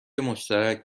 مشترک